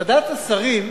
ועדת השרים,